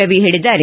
ರವಿ ಹೇಳಿದ್ದಾರೆ